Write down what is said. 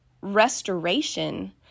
restoration